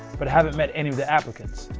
but haven't met any of the applicants,